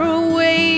away